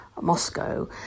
Moscow